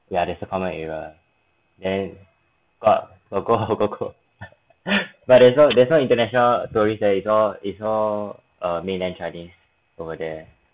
ya there's a common area then got but there's no there's no international tourist there it's all at's all err mainland chinese over there